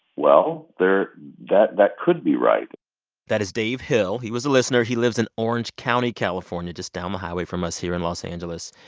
well, there that that could be right that is dave hill. he was a listener. he lives in orange county, calif, ah and just down the highway from us here in los angeles.